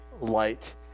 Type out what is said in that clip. light